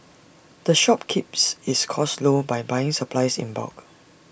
the shop keeps its costs low by buying supplies in bulk